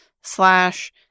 slash